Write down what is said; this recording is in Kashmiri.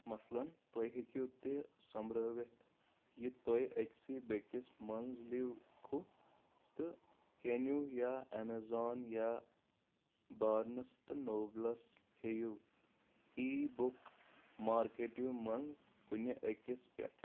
مثلن تۄہہِ ہیٚکِو تہِ سۄبرٲوِتھ یہِ تۄہہِ أکِسٕے بیٚکس منٛز لیوٚکھو تہٕ کینیو یا ایمیزون یا بارنس تہٕ نوبلس ہِیٚیو ای بُک مارکیٹو مَنٛز کُنہِ أکِس پٮ۪ٹھ